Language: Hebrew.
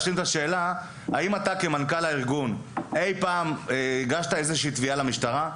האם אתה כמנכ"ל הארגון הגשת אי פעם איזושהי תביעה למשטרה?